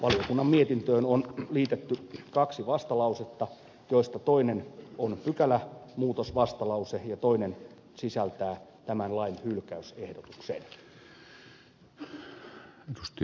valiokunnan mietintöön on liitetty kaksi vastalausetta joista toinen on pykälämuutosvastalause ja toinen sisältää tämän lain hylkäysehdotuksen